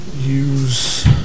use